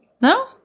No